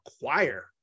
acquire